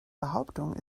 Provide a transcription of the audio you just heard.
behauptung